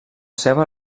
seva